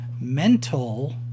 mental